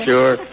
Sure